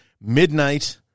midnight